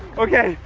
okay,